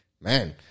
man